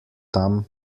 tam